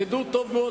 תדעו טוב מאוד